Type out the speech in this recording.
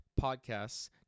podcasts